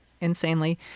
insanely